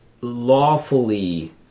lawfully